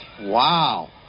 Wow